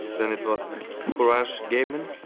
then it was courage gaming.